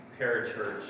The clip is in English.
parachurch